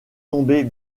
tombés